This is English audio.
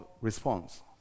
response